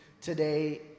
today